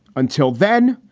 until then,